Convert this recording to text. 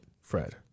Fred